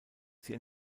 sie